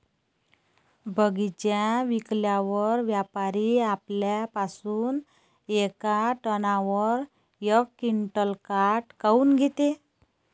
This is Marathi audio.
बगीचा विकल्यावर व्यापारी आपल्या पासुन येका टनावर यक क्विंटल काट काऊन घेते?